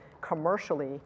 commercially